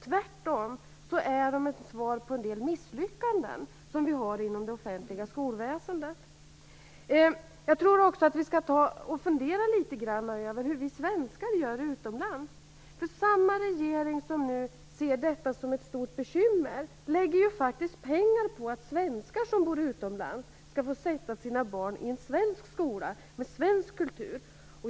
Tvärtom är de ett svar på en del misslyckanden som vi har inom det offentliga skolväsendet. Jag tror också att vi skall fundera litet grand över hur vi svenskar gör utomlands. Samma regering som nu ser detta som ett stort bekymmer lägger faktiskt pengar på att svenskar som bor utomlands skall få sätta sina barn i en svensk skola med svensk kultur.